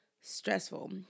stressful